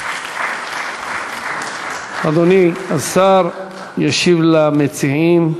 אדוני השר ישיב למציעים.